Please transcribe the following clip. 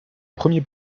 premier